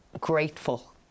grateful